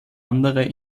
andere